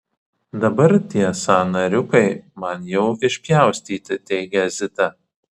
dabar tie sąnariukai man jau išpjaustyti teigia zita